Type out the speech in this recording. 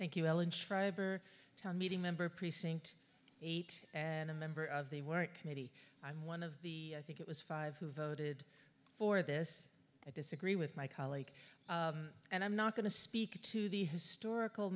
thank you allan schreiber town meeting member precinct eight and a member of they weren't committee i'm one of the i think it was five who voted for this i disagree with my colleague and i'm not going to speak to the historical